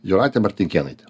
jūratė martinkėnaitė